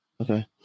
Okay